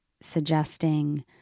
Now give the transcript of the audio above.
suggesting